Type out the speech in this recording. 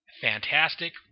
Fantastic